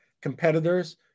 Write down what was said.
competitors